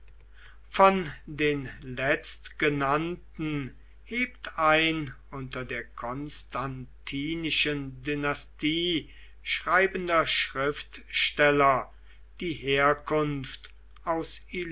von den letztgenannten hebt ein unter der konstantinischen dynastie schreibender schriftsteller die herkunft aus